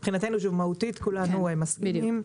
מבחינתנו מהותית כולנו מסכימים.